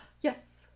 Yes